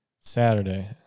Saturday